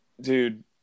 Dude